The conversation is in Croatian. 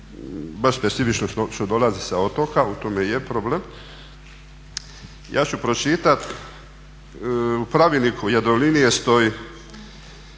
baš specifičnost je što dolaze sa otoka u tome i je problem. Ja ću pročitati, u Pravilniku Jadrolinije stoji: